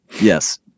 Yes